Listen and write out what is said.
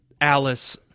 Alice